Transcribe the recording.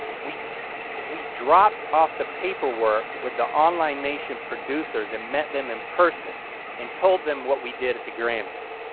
we we dropped off the paperwork with the online nation producers and met them in person and told them what we did at the grammys.